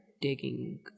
digging